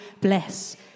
bless